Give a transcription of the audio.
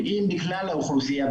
מכלל האוכלוסייה,